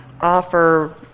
offer